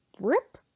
rip